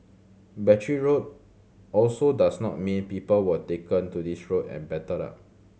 Battery Road also does not mean people were taken to this road and battered up